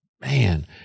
Man